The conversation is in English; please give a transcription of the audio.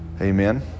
Amen